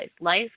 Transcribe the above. Life